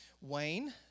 Wayne